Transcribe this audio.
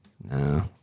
No